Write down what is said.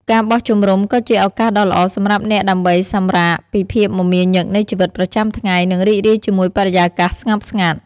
ការបោះជំរុំក៏ជាឱកាសដ៏ល្អសម្រាប់អ្នកដើម្បីសម្រាកពីភាពមមាញឹកនៃជីវិតប្រចាំថ្ងៃ និងរីករាយជាមួយបរិយាកាសស្ងប់ស្ងាត់។